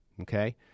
okay